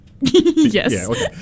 yes